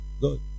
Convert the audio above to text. Good